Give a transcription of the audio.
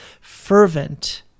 fervent